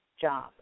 job